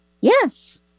yes